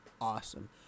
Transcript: awesome